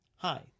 Hi